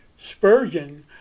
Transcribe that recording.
Spurgeon